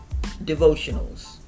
devotionals